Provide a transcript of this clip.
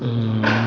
ആണ്